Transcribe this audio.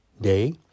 day